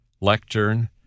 lectern